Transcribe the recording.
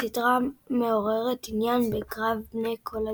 הסדרה מעוררת עניין בקרב בני כל הגילים.